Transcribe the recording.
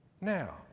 Now